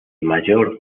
mayor